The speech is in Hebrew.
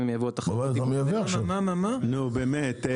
לייבוא --- אבל אתה מייבא עכשיו --- נו באמת,